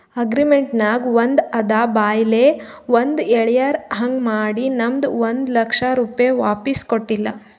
agreement ನಾಗ್ ಒಂದ್ ಅದ ಬಾಯ್ಲೆ ಒಂದ್ ಹೆಳ್ಯಾರ್ ಹಾಂಗ್ ಮಾಡಿ ನಮ್ದು ಒಂದ್ ಲಕ್ಷ ರೂಪೆ ವಾಪಿಸ್ ಕೊಟ್ಟಿಲ್ಲ